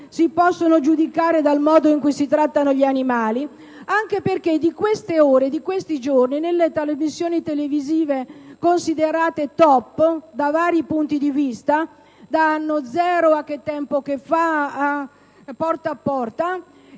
si possono giudicare dal modo in cui si trattano gli animali». In queste ore, in questi giorni, nelle trasmissioni televisive considerate *top* da vari punti di vista, da «Annozero» a «Che tempo che fa» e «Porta a Porta»,